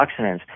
antioxidants